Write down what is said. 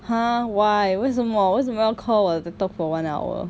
!huh! why 为什么为什么要 call 我 to talk for one hour